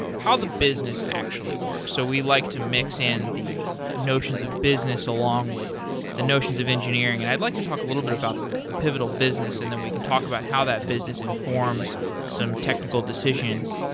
how the business actually works. so we like to mix in the notions of business along with the notions of engineering. and i'd like to talk a little bit about the the pivotal business and then we can talk about how that business informs some technical decisions.